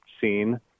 seen